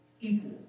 Equal